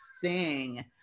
sing